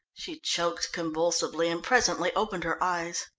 she choked convulsively, and presently opened her eyes.